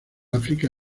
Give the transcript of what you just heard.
áfrica